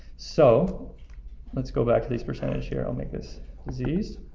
so let's go back to these percentage here, i'll make this disease.